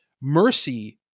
mercy